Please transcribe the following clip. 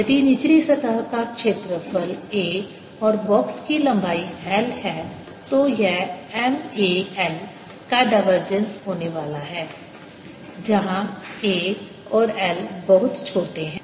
यदि निचली सतह का क्षेत्रफल a और बॉक्स की लंबाई l है तो यह M a l का डायवर्जेंस होने वाला है जहाँ a और l बहुत छोटे हैं